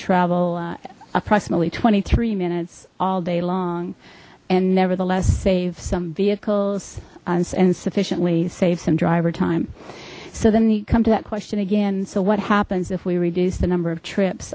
travel approximately twenty three minutes all day long and nevertheless save some vehicles and sufficiently save some driver time so then we come to that question again so what happens if we reduce the number of trips